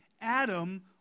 Adam